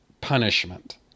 punishment